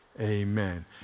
amen